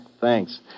Thanks